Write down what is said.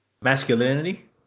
masculinity